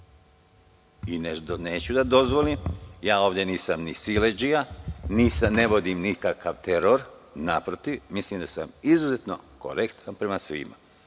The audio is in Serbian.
da se povučem. Ja ovde nisam ni siledžija, ne vodim nikakav teror. Naprotiv, mislim da sam izuzetno korektan prema svima. Ovo